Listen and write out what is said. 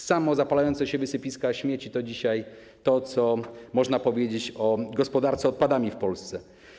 Samozapalające się wysypiska śmieci to dzisiaj to, co można powiedzieć o gospodarce odpadami w Polsce.